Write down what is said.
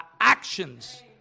actions